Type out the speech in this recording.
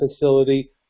facility